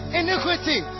iniquity